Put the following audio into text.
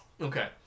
Okay